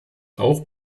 auch